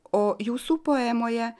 o jūsų poemoje